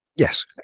Yes